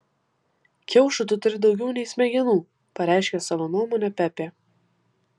kiaušų tu turi daugiau nei smegenų pareiškė savo nuomonę pepė